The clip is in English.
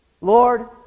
Lord